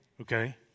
okay